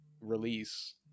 release